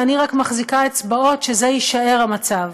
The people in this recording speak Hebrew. ואני רק מחזיקה אצבעות שזה יישאר המצב,